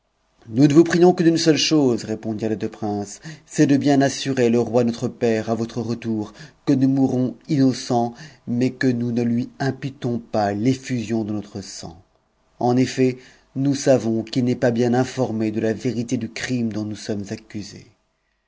nous ne vous prions que d'une seule chose répondirent tes de princes c'est de bien assurer le roi notre père à votre retour que nous mourons innocents mais que nous ne lui imputons pas h de notre sang en effet nous savons qu'il n'est pas bien informé c c itc du crime dont nous sommes accuses